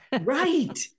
right